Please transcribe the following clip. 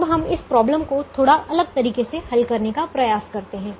अब हम इस प्रॉब्लम को थोड़ा अलग तरीके से हल करने का प्रयास करते हैं